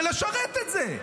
ולשרת בזה?